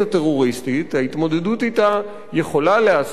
ההתמודדות אתה יכולה להיעשות וצריכה להיעשות